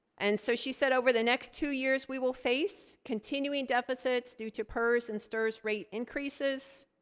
and so she said, over the next two years we will face continuing deficits through terpers and stirs rate increases.